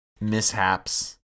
mishaps